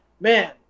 Man